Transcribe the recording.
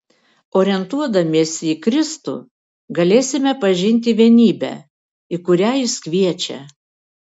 orientuodamiesi į kristų galėsime pažinti vienybę į kurią jis kviečia